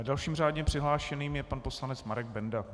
Dalším řádně přihlášeným je pan poslanec Marek Benda.